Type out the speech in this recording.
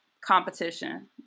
competition